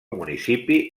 municipi